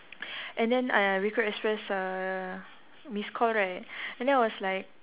and then uh recruit express uh miss call right and then I was like